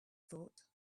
thought